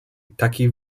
takich